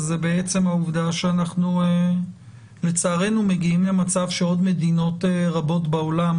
זה בעצם העובדה שאנחנו לצערנו מגיעים למצב שעוד מדינות רבות בעולם